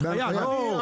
לא ב-'רשאים'.